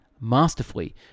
Masterfully